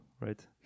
right